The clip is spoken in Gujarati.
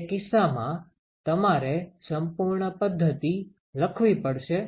તે કિસ્સામાં તમારે સંપૂર્ણ પદ્ધતિ લખવી પડશે